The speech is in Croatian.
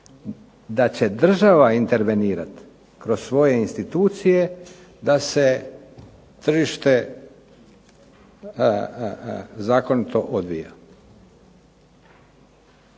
da će država intervenirati kroz svoje institucije, da se tržište zakonito odvija.